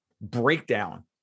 breakdown